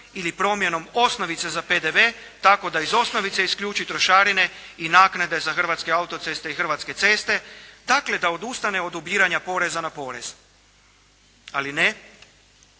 ili promjenom osnovice za PDV tako da iz osnovice isključi trošarine i naknade za Hrvatske autoceste i Hrvatske ceste, dakle da odustane od ubiranja poreza na porez. Ali ne,